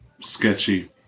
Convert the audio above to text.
sketchy